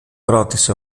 ρώτησε